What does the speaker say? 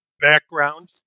background